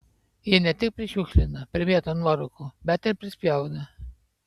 jie ne tik prišiukšlina primėto nuorūkų bet ir prispjaudo